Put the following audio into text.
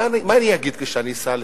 מה אני אגיד כשאני אסע לחוץ-לארץ,